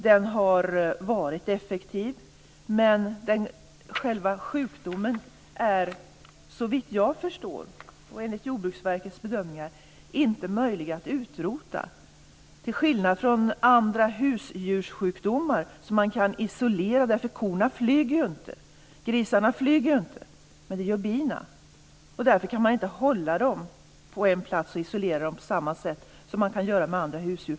Den har varit effektiv, men själva sjukdomen är, såvitt jag förstår och enligt Jordbruksverkets bedömningar, inte möjlig att utrota. Andra husdjurssjukdomar kan man isolera, eftersom korna och grisarna inte flyger. Men det gör bina. Därför kan man inte hålla dem på en plats och isolera dem på samma sätt som man kan göra med andra husdjur.